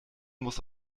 muss